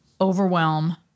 overwhelm